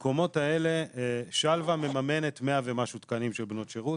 שלווה מממנת 100 ומשהו תקנים של בנות שירות.